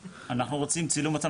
על סדר היום הצעת חוק הסדרת